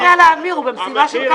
יש מספרים ויש נתונים.